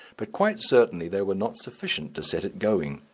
but quite certainly they were not sufficient to set it going.